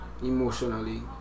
emotionally